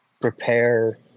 prepare